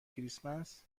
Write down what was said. کریسمس